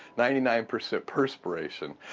ninety nine percent perspiration.